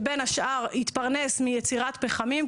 שבין השאר התפרנס מיצירת פחמים,